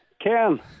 Ken